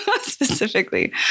specifically